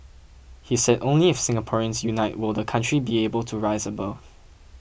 he said only if Singaporeans unite will the country be able to rise above